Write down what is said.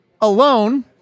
alone